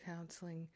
counseling